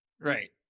Right